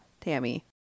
Tammy